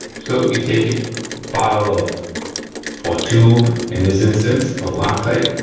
so, you take your bottle of, or tube in this instance of loctite,